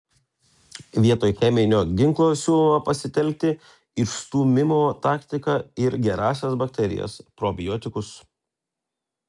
vietoj cheminio ginklo siūloma pasitelkti išstūmimo taktiką ir gerąsias bakterijas probiotikus